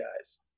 guys